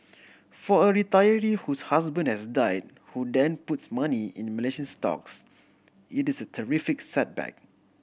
for a retiree whose husband has died who then puts money in Malaysian stocks it is a terrific setback